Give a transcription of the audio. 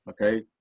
okay